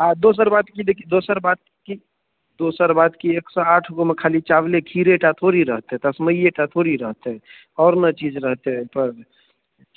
आ दोसर बात कि देखियौ दोसर बात कि दोसर बात कि एक सए आठ गोमे खाली चावले खीरेटा थोरही रहतै तस्मइए थोड़ी रहतै आओर ने चीज रहतै ओहिपर